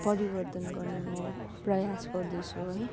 परिवर्तन गर्ने म प्रयास गर्दैछु है